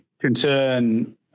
concern